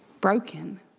broken